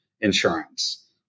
insurance